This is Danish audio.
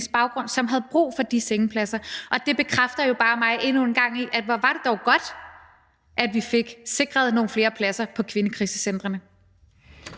som havde brug for de sengepladser. Det bekræfter mig jo bare endnu en gang i, at det dog var godt, at vi fik sikret nogle flere pladser på kvindekrisecentrene.